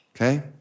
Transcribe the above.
Okay